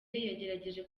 yagerageje